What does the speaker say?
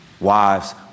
Wives